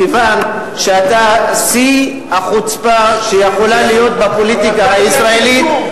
מכיוון שאתה שיא החוצפה שיכולה להיות בפוליטיקה הישראלית,